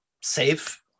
safe